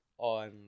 on